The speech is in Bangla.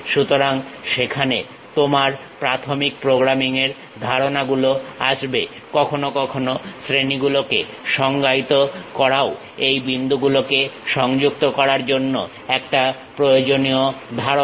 সুতরাং সেখানে তোমার প্রাথমিক প্রোগ্রামিং এর ধারণা গুলো আসবে কখনো কখনো শ্রেণিগুলোকে সংজ্ঞায়িত করাও এই বিন্দুগুলোকে সংযুক্ত করার জন্য একটা প্রয়োজনীয় ধারণা